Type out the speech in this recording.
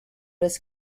was